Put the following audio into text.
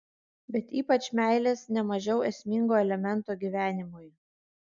bet ypač meilės ne mažiau esmingo elemento gyvenimui